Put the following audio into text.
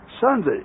sunday